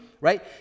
right